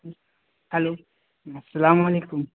hello السلام علیکم